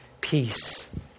peace